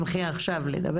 עכשיו?